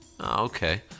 Okay